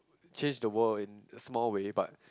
change the world in a small way but